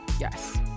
yes